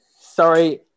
sorry